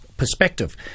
perspective